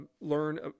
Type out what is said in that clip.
learn